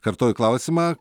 kartoju klausimą